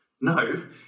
No